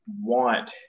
want